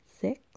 Six